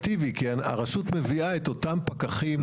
כי הרשות מביאה את אותם הפקחים של עצמה.